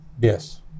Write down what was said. Yes